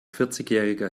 vierzigjähriger